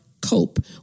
cope